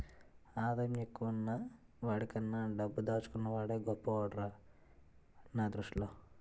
ఆదాయం ఎక్కువున్న వాడికన్నా డబ్బు దాచుకున్న వాడే గొప్పోడురా నా దృష్టిలో